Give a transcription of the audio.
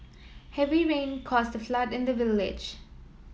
heavy rain caused a flood in the village